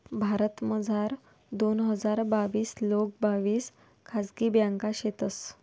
भारतमझार दोन हजार बाविस लोंग बाविस खाजगी ब्यांका शेतंस